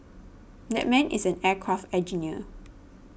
that man is an aircraft engineer